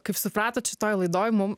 kaip supratot šitoj laidoj mum